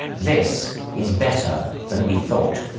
this is better than we thought!